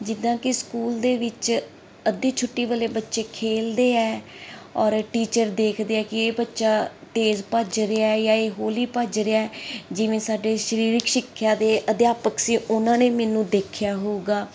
ਜਿੱਦਾਂ ਕਿ ਸਕੂਲ ਦੇ ਵਿੱਚ ਅੱਧੀ ਛੁੱਟੀ ਵੇਲੇ ਬੱਚੇ ਖੇਲਦੇ ਹੈ ਔਰ ਟੀਚਰ ਦੇਖਦੇ ਹੈ ਕਿ ਇਹ ਬੱਚਾ ਤੇਜ ਭੱਜ ਰਿਹਾ ਜਾਂ ਇਹ ਹੌਲੀ ਭੱਜ ਰਿਹਾ ਜਿਵੇਂ ਸਾਡੇ ਸਰੀਰਕ ਸਿੱਖਿਆ ਦੇ ਅਧਿਆਪਕ ਸੀ ਉਹਨਾਂ ਨੇ ਮੈਨੂੰ ਦੇਖਿਆ ਹੋਊਗਾ